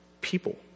people